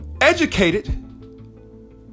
Educated